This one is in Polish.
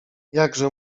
jakże